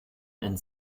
and